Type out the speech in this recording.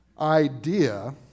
idea